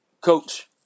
Coach